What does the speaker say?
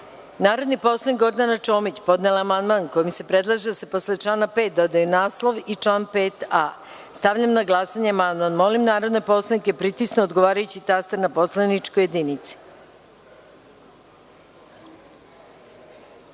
poslanik Gordana Čomić podnela je amandman kojim se predlaže da se posle člana 5. dodaju naslov i član 5a.Stavljam na glasanje amandman. Molim narodne poslanike da pritisnu odgovarajući taster na poslaničkoj